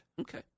Okay